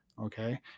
Okay